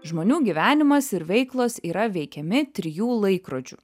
žmonių gyvenimas ir veiklos yra veikiami trijų laikrodžių